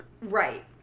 Right